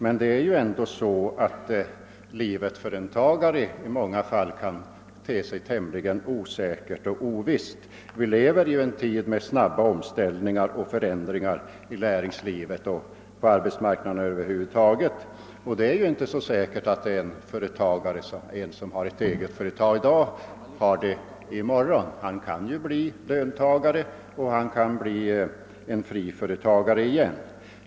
Men livet för en företagare kan te sig tämligen osäkert och ovisst. Vi lever ju i en tid med snabba omställningar och förändringar i näringslivet och på arbetsmarknaden. Det är inte så säkert att en penson som har ett eget företag i dag har det i morgon. Han kan ju bli löntagare och han kan bli en fri företagare igen.